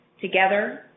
together